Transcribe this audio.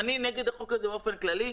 אני נגד החוק הזה באופן כללי.